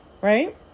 right